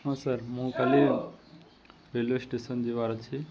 ହଁ ସାର୍ ମୁଁ କାଲି ରେଲୱେ ଷ୍ଟେସନ ଯିବାର ଅଛି